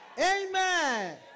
Amen